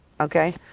okay